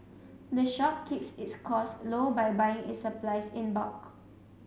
the shop keeps its costs low by buying its supplies in bulk